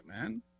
man